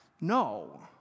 No